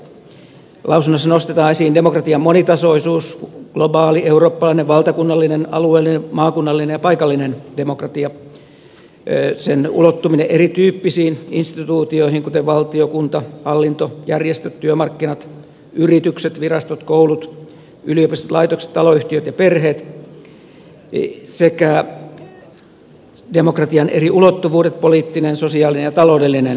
lausunnossa nostetaan esiin demokratian monitasoisuus globaali eurooppalainen valtakunnallinen alueellinen maakunnallinen ja paikallinen demokratia sen ulottuminen erityyppisiin instituutioihin kuten valtio kunta hallinto järjestöt työmarkkinat yritykset virastot koulut yliopistot laitokset taloyhtiöt ja perheet sekä demokratian eri ulottuvuudet poliittinen sosiaalinen ja taloudellinen sisältö